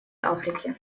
африки